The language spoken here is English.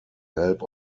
help